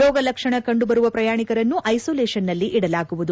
ರೋಗ ಲಕ್ಷಣ ಕಂಡುಬರುವ ಪ್ರಯಾಣಿಕರನ್ನು ಐಸೊಲೇಷನ್ನಲ್ಲಿ ಇಡಲಾಗುವುದು